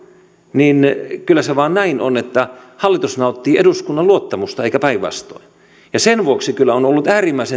niin kyllä se vaan näin on että hallitus nauttii eduskunnan luottamusta eikä päinvastoin sen vuoksi kyllä on ollut äärimmäisen